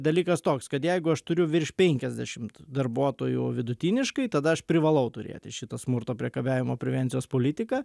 dalykas toks kad jeigu aš turiu virš penkiasdešimt darbuotojų vidutiniškai tada aš privalau turėti šitą smurto priekabiavimo prevencijos politiką